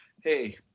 Hey